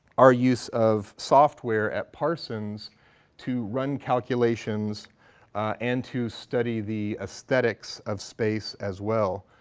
our use of software at parsons to run calculations and to study the aesthetics of space as well.